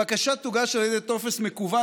הבקשה תוגש על ידי טופס מקוון,